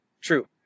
true